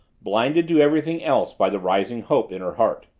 blinded to everything else by the rising hope in her heart.